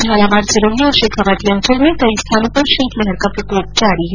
झालावाड़ सिरोही और शेखावाटी अंचल में कई स्थानों पर शीतलहर का प्रकोप जारी है